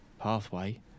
pathway